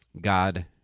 God